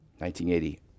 1980